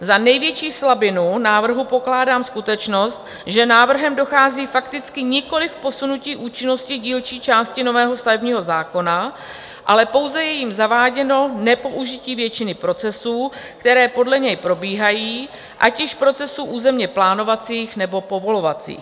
Za největší slabinu návrhu pokládám skutečnost, že návrhem dochází fakticky nikoli k posunutí účinnosti dílčí části nového stavebního zákona, ale pouze je jím zaváděno nepoužití většiny procesů, které podle něj probíhají, ať již procesů územněplánovacích, nebo povolovacích.